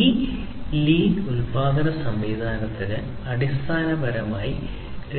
ഈ ലീൻ ഉൽപാദന സംവിധാനത്തിന് അടിസ്ഥാനപരമായി